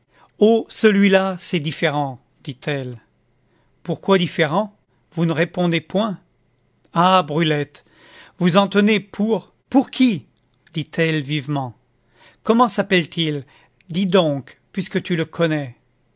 oh celui-là c'est différent dit-elle pourquoi différent vous ne répondez point ah brulette vous en tenez pour pour qui dit-elle vivement comment s'appelle-t-il dis donc puisque tu le connais